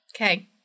Okay